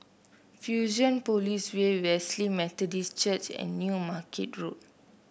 Fusionopolis Way Wesley Methodist Church and New Market Road